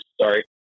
Sorry